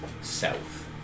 South